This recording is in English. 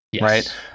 right